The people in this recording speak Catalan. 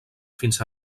fins